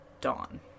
Dawn